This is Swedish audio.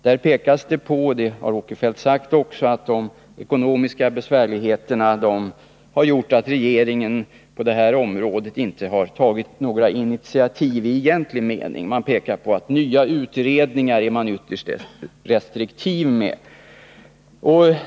Där pekas det på att — det har Sven Eric Åkerfeldt också berört — de ekonomiska besvärligheterna har gjort att regeringen på detta område inte har tagit några initiativ i egentlig mening. Man pekar på att nya utredningar är man ytterst restriktiv med.